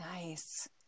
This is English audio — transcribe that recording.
Nice